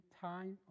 time